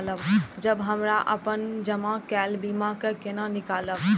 जब हमरा अपन जमा केल बीमा के केना निकालब?